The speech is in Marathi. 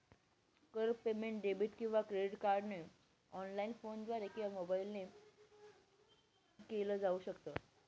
कर पेमेंट डेबिट किंवा क्रेडिट कार्डने ऑनलाइन, फोनद्वारे किंवा मोबाईल ने केल जाऊ शकत